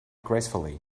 gracefully